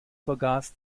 vergaß